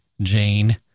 Jane